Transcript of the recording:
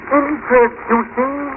introducing